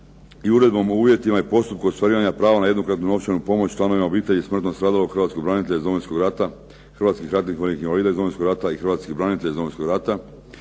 i uredbom o uvjetima i postupku ostvarivanja prava na jednokratnu novčanu pomoć članova obitelji smrtno stradalog hrvatsko branitelja iz Domovinskog rata, hrvatskih ratnih vojnih invalida iz Domovinskog rata i hrvatskih branitelja iz Domovinskog rata